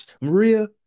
maria